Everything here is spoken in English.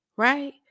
Right